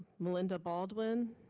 melinda baldwin?